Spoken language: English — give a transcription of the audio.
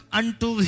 unto